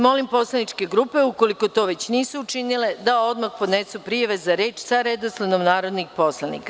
Molim poslaničke grupe, ukoliko to već nisu učinili, da odmah podnesu prijave za reč sa redosledom narodnih poslanika.